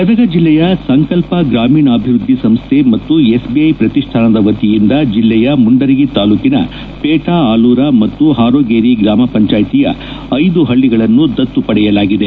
ಗದಗ ಜಲ್ಲೆಯ ಸಂಕಲ್ಪ ಗ್ರಾಮೀಣಾಭಿವೃದ್ದಿ ಸಂಸ್ಥೆ ಮತ್ತು ಎಸ್ಬಿಐ ಶ್ರತಿಷ್ಠಾನದ ವತಿಯಿಂದ ಜಲ್ಲೆಯ ಮುಂಡರಗಿ ತಾಲೂಕಿನ ಪೇಠಾ ಆಲೂರ ಮತ್ತು ಹಾರೊಗೇರಿ ಗ್ರಾಮ ಪಂಚಾಯಿತಿಯ ಐದು ಪಳಿಗಳನ್ನು ದತ್ತು ಪಡೆಯಲಾಗಿದೆ